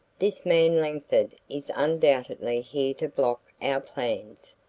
this man langford is undoubtedly here to block our plans.